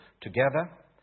Together